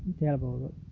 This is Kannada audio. ಅಂತ ಹೇಳ್ಬೋದು